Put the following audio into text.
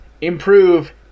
improve